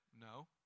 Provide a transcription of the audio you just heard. No